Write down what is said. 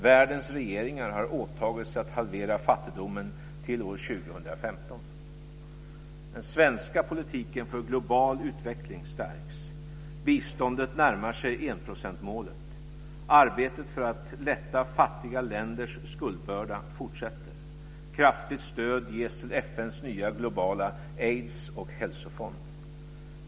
Världens regeringar har åtagit sig att halvera fattigdomen till år Den svenska politiken för global utveckling stärks. Biståndet närmar sig enprocentsmålet. Arbetet för att lätta fattiga länders skuldbörda fortsätter. Kraftigt stöd ges till FN:s nya globala aids och hälsofond.